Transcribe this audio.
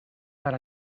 per